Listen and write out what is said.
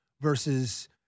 versus